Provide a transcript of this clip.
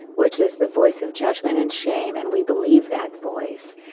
which is the voice of judgment and shame. and we believe that voice.